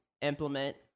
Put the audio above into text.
implement